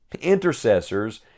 Intercessors